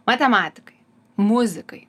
matematikai muzikai